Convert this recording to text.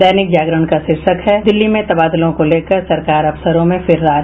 दैनिक जागरण का शीर्षक है दिल्ली में तबादलों को लेकर सरकार अफसरों में फिर रार